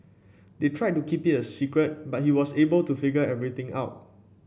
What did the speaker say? they tried to keep it a secret but he was able to figure everything out